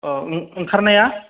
औ नों ओंखारनाया